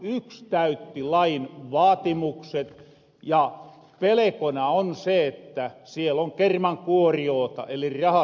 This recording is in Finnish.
yks täytti lain vaatimukset ja pelekona on se että siel on kermankuorijoota eli rahastajia